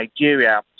Nigeria